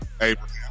Abraham